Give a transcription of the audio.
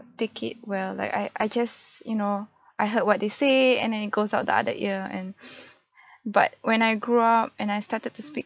take it well like I I just you know I heard what they say and then it goes out the other ear and but when I grew up and I started to speak